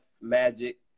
Magic